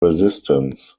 resistance